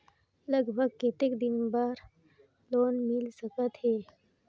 लगभग कतेक दिन बार लोन मिल सकत हे?